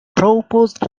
proposed